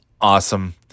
awesome